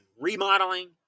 remodeling